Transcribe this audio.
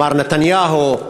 מר נתניהו.